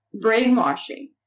brainwashing